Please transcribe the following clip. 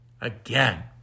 again